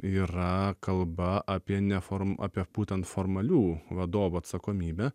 yra kalba apie neform apie būtent formalių vadovų atsakomybę